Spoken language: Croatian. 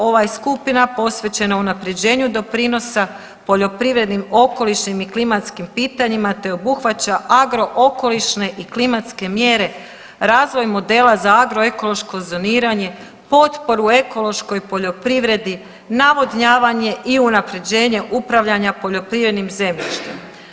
Ova je skupina posvećena unapređenju doprinosa poljoprivrednim, okolišnim i klimatskim pitanjima te obuhvaća agrookolišne i klimatske mjere, razvoj modela za agroekološko zoniranje, potporu ekološkoj poljoprivredi, navodnjavanje i unapređenje upravljanja poljoprivrednim zemljištem.